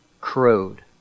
crowed